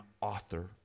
author